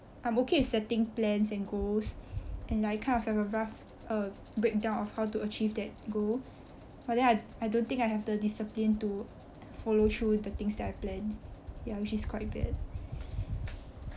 I'm okay with setting plans and goals and I kind of have a rough breakdown of how to achieve that goal but then I I don't think I have the discipline to follow through the things that I plan ya which is quite bad